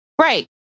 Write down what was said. Right